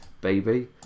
baby